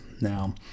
Now